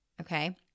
Okay